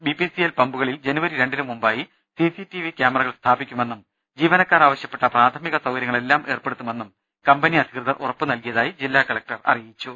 BPC A ൽ പമ്പു ക ളിൽ ജനുവരി രണ്ടിന് മുമ്പായി സിസിടിവി കൃാമറകൾ സ്ഥാപിക്കുമെന്നും ജീവനക്കാർ ആവശ്യപ്പെട്ട പ്രാഥമിക സൌകരൃങ്ങളെല്ലാം ഏർപ്പെടു ത്തുമെന്നും കമ്പനി അധികൃതർ ഉറപ്പു നൽകിയതായി ജില്ലാ കല ക്ടർ അറിയിച്ചു